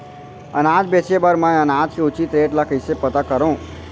अनाज बेचे बर मैं अनाज के उचित रेट ल कइसे पता करो?